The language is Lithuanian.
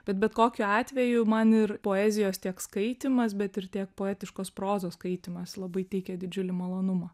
bet bet kokiu atveju man ir poezijos tiek skaitymas bet ir tiek poetiškos prozos skaitymas labai teikia didžiulį malonumą